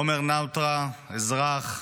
עומר נאוטרה, אזרח ישראלי,